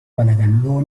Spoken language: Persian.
بلدن، لو